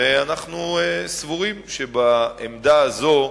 ואנחנו סבורים שבעמדה הזו,